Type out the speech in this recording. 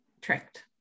tricked